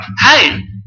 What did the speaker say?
hey